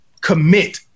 commit